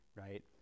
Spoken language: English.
right